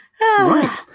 Right